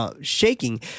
shaking